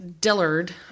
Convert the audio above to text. Dillard